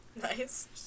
Nice